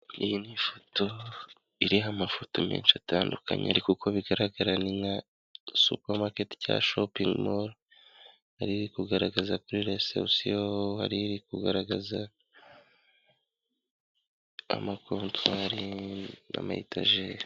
Iyi ni ifoto iriho amafoto menshi atandukanye ariko uko bigaragara ni nka supamaketi cyangwa shopingi more, hari iri kugaragaza kuri resebusiyo, hari iri kugaragaza amakontwari n' amayetajeri.